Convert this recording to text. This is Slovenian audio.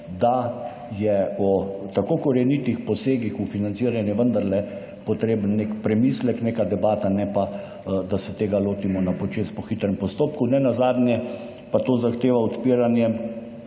da je po tako korenitih posegih v financiranje vendarle potreben nek premislek, neka debata, ne pa, da se tega lotimo na počez, po hitrem postopku. Nenazadnje pa to zahteva odpiranje